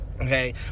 okay